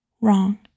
wrong